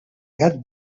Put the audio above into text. gat